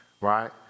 Right